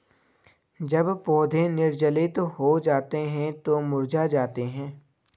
जब पौधे निर्जलित हो जाते हैं तो मुरझा जाते हैं